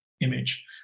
image